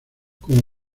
como